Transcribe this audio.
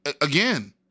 again